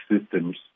systems